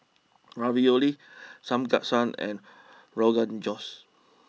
Ravioli Samgeyopsal and Rogan Josh